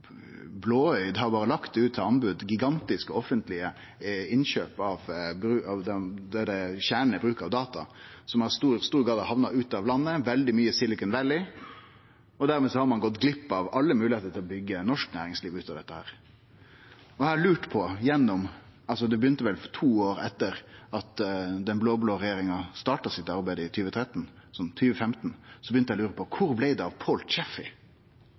lagt det ut på anbod – gigantiske offentlege innkjøp der kjernen er bruk av data, som i stor grad har hamna utanfor landet, veldig mykje i Silicon Valley. Dermed har ein gått glipp av alle moglegheiter til å byggje norsk næringsliv av dette. Det var vel to år etter at den blå-blå regjeringa starta arbeidet sitt i 2013, altså i 2015, at eg begynte å lure på: Kvar blei det av